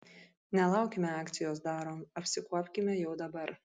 nelaukime akcijos darom apsikuopkime jau dabar